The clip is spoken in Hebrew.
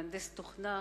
מהנדס תוכנה,